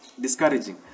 discouraging